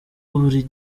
buri